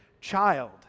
child